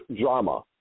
drama